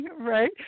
right